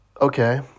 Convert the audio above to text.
okay